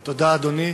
תודה, אדוני.